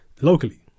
locally